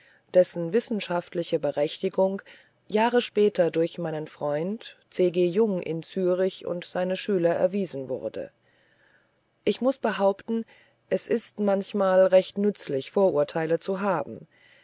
dessen wissenschaftliche berechtigung jahre später durch meinen freund c g jung in zürich und seine schüler erwiesen wurde ich muß behaupten es ist manchmal recht nützlich vorurteile zu haben